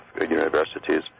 universities